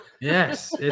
Yes